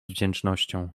wdzięcznością